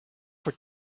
for